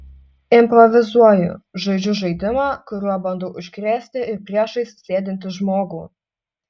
improvizuoju žaidžiu žaidimą kuriuo bandau užkrėsti ir priešais sėdintį žmogų